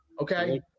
okay